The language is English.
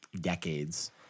decades